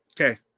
Okay